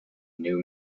new